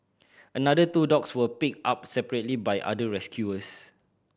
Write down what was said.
another two dogs were picked up separately by other rescuers